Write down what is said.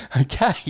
Okay